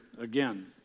again